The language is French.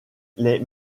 les